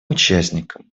участником